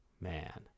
man